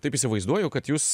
taip įsivaizduoju kad jūs